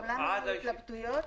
גם לנו היו התלבטויות.